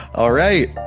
all right,